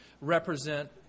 represent